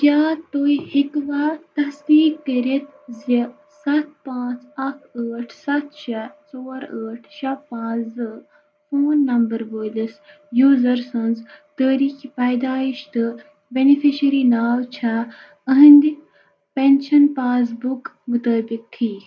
کیٛاہ تُہۍ ہیٚکوا تصدیٖق کٔرِتھ زِ سَتھ پانٛژھ اَکھ ٲٹھ سَتھ شےٚ ژور ٲٹھ شےٚ پانٛژھ زٕ فون نمبر وٲلِس یوٗزر سٕنٛز تٲریٖخہِ پیدٲیِش تہٕ بٮ۪نِفِشٔری ناو چھا یِہٕنٛدِ پٮ۪نشَن پاس بُک مُطٲبق ٹھیٖک